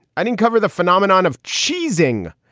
i didn't cover the phenomenon of cheesing.